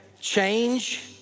change